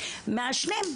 מעשנים,